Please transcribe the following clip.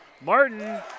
Martin